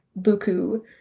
buku